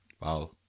Wow